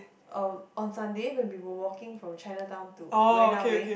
um on Sunday when we were walking from Chinatown to Marina-Bay